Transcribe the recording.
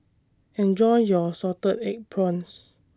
Enjoy your Salted Egg Prawns